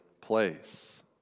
place